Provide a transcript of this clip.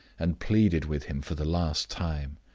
and pleaded with him for the last time.